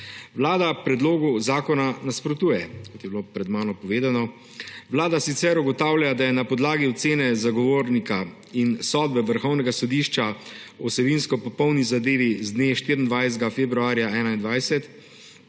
Vlada predlogu zakona nasprotuje, kot je bilo pred mano povedano. Vlada sicer ugotavlja, da je na podlagi ocene Zagovornika in sodbe Vrhovnega sodišča o vsebinsko podobni zadevi z dne 24. februarja 2021,